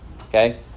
Okay